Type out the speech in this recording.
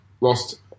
lost